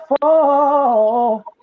fall